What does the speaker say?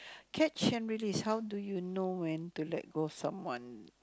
catch and release how do you know when to let go of someone